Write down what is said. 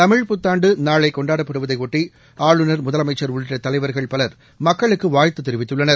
தமிழ் புத்தாண்டு நாளை கொண்டாடப்படுவதையொட்டி ஆளுநர் முதலமைச்சர் உள்ளிட்ட தலைவர்கள் பலர் மக்களுக்கு வாழ்த்து தெரிவித்துள்ளனர்